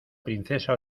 princesa